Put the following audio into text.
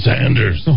Sanders